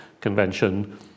Convention